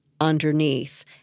underneath